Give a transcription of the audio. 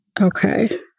Okay